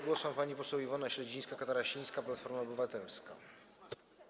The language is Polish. Głos ma pani poseł Iwona Śledzińska-Katarasińska, Platforma Obywatelska.